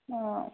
অঁ